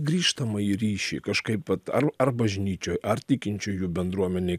grįžtamąjį ryšį kažkaip vat ar ar bažnyčioj ar tikinčiųjų bendruomenėj